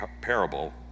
parable